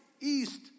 east